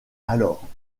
alors